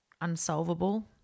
unsolvable